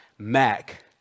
Mac